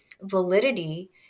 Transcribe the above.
validity